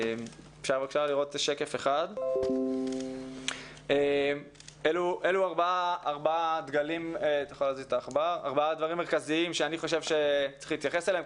בשקף הזה אתם רואים ארבעה דברים מרכזיים שאני חושב שצריך להתייחס אליהם.